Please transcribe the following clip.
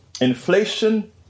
Inflation